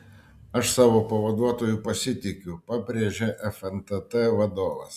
aš savo pavaduotoju pasitikiu pabrėžė fntt vadovas